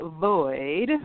void